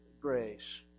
grace